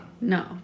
No